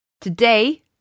Today